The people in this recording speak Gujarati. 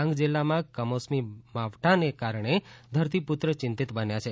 ડાંગ જિલ્લામાં કમોસમી માવઠાને કારણે ધરતીપુત્ર ચિંતીત બન્યા છે